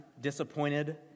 disappointed